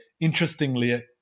interestingly